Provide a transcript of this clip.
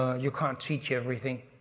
you can't teach everything.